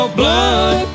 blood